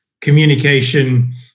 communication